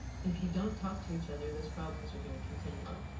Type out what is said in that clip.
if you don't talk to each other, those problems are going to continue.